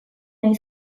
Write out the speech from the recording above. nahi